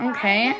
Okay